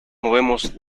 movemos